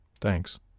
Thanks